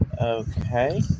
Okay